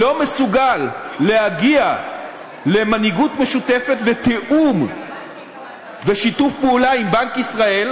מסוגל להגיע למנהיגות משותפת ולתיאום ושיתוף פעולה עם בנק ישראל,